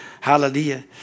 hallelujah